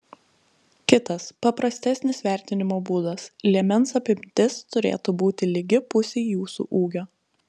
kitas paprastesnis vertinimo būdas liemens apimtis turėtų būti lygi pusei jūsų ūgio